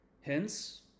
Hence